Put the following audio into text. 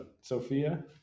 Sophia